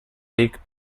weg